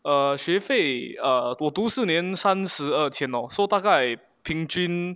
err 学费 err 我读四年三十二千 lor so 大概平均